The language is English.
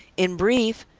in brief,